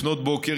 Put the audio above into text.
לפנות בוקר,